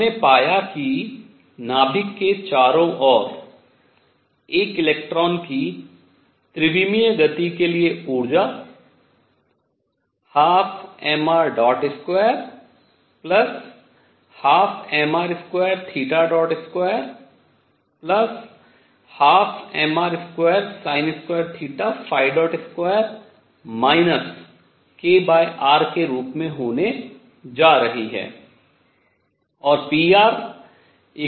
हमने पाया कि नाभिक के चारों ओर एक इलेक्ट्रॉन की त्रिविमीय गति के लिए ऊर्जा 12mr212mr2212mr22 kr के रूप में होने जा रही है